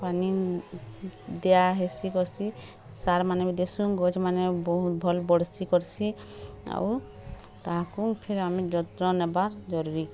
ପାନି ଦିଆ ହେସି କର୍ସି ସାରେମାନେ ଦେସୁଁ ଗଛ୍ମାନେ ବହୁ ଭଲ୍ ସେ ବଢ଼ିସି କର୍ସି ଆଉ ତାକୁ ଫେରେ ଆମେ ଯତ୍ନ ନେବା ଜରୁରୀ